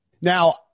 now